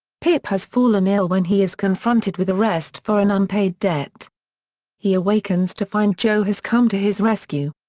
pip has fallen ill when he is confronted with arrest for an unpaid debt he awakens to find joe has come to his rescue.